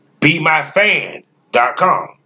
BeMyFan.com